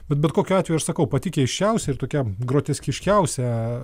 bet bet kokiu atveju aš sakau pati keisčiausia ir tokia groteskiškiausia